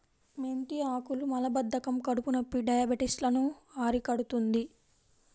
మెంతి ఆకులు మలబద్ధకం, కడుపునొప్పి, డయాబెటిస్ లను అరికడుతుంది